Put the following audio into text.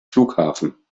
flughafen